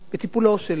בטיפולו של ראש הממשלה.